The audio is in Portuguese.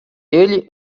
ele